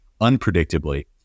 Unpredictably